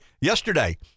yesterday